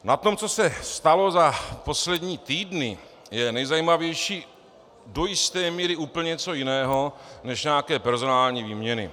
Na tom, co se stalo za poslední týdny, je nejzajímavější do jisté míry úplně něco jiného než nějaké personální výměny.